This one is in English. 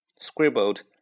scribbled